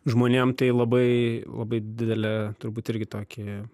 žmonėm tai labai labai didelė turbūt irgi tokį